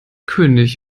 könig